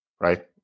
right